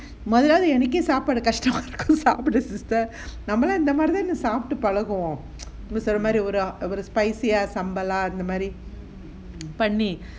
மொதநாள் இன்னைக்கே சாபிடுறது கஷ்டம் சாப்பிடுங்க:motha naal innaike saapidurathu kashtam saapidunga sister நம்மெல்லாம் இந்த மாறி சாப்டு பழகுவோம் இந்த மாறி ஒரு:naamellaam intha maari saaptu palaguvom intha maari oru spicy lah sambal lah பண்ணி:panni